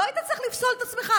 לא היית צריך לפסול את עצמך?